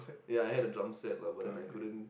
ya I like that drum set lah but then I couldn't